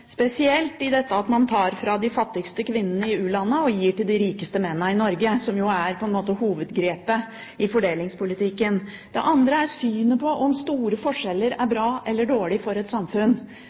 spesielt i dette at man tar fra de fattigste kvinnene i u-landene og gir til de rikeste mennene i Norge – som jo på en måte er hovedgrepet i fordelingspolitikken. Det andre er synet på om store forskjeller er bra eller dårlig for et samfunn.